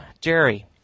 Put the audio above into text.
Jerry